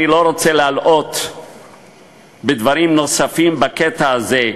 אני לא רוצה להלאות בדברים נוספים בקטע הזה,